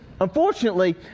unfortunately